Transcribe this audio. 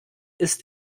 ist